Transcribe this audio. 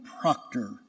Proctor